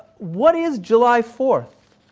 what is july fourth,